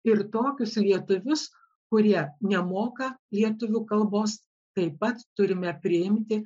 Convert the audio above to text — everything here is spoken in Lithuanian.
ir tokius lietuvius kurie nemoka lietuvių kalbos taip pat turime priimti